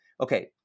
okay